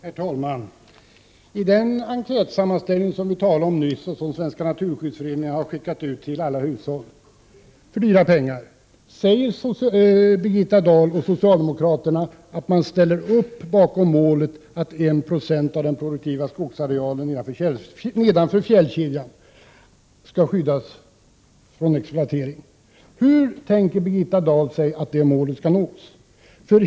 Herr talman! I den enkätsammanställning som vi talade om nyss och som Svenska naturskyddsföreningen för dyra pengar har skickat ut till alla hushåll säger Birgitta Dahl och socialdemokraterna att man ställer upp bakom målet att 1 20 av den produktiva skogsarealen nedanför fjällkedjan skall skyddas från exploatering. Hur tänker sig Birgitta Dahl att det målet skall nås?